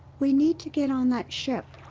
we need to get on that ship,